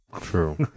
True